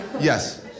Yes